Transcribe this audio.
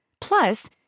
Plus